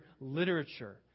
literature